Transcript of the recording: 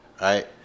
right